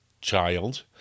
child